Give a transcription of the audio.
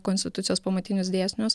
konstitucijos pamatinius dėsnius